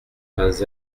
pas